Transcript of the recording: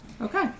Okay